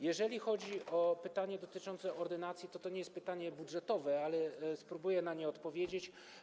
Jeżeli chodzi o pytanie dotyczące ordynacji, to to nie jest pytanie budżetowe, ale spróbuję na nie odpowiedzieć.